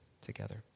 together